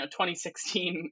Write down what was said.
2016